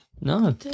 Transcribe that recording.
No